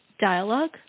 dialogue